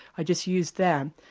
i just used them,